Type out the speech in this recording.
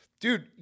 Dude